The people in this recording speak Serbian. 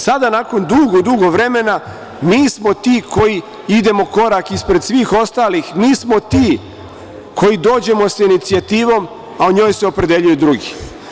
Sada nakon dugo, dugo vremena mi smo ti koji idemo korak ispred svih ostalih, mi smo ti koji dođemo sa inicijativom, a o njoj se opredeljuju drugi.